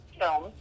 film